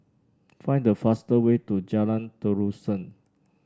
find the fastest way to Jalan Terusan